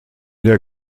der